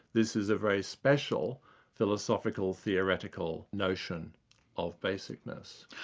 this is a very special philosophical, theoretical notion of basicness.